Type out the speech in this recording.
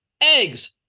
Eggs